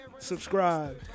Subscribe